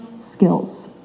skills